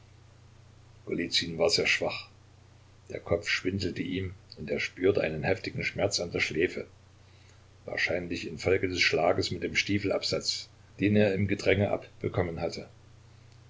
war sehr schwach der kopf schwindelte ihm und er spürte einen heftigen schmerz an der schläfe wahrscheinlich infolge des schlages mit dem stiefelabsatz den er im gedränge abbekommen hatte